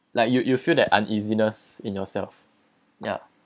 like you you feel that uneasiness in yourself ya